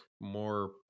more